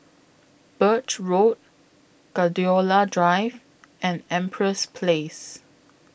Birch Road Gladiola Drive and Empress Place